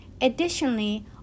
Additionally